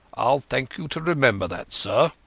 iall thank you to remember that, sir